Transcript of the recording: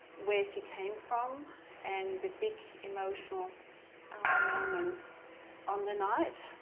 where she came from and the big emotional moments on the night.